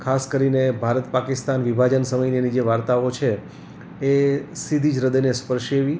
ખાસ કરીને ભારત પાકિસ્તાન વિભાજન સમયની એની જે વાર્તાઓ છે એ સીધી જ હૃદયને સ્પર્શે એવી